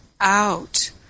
out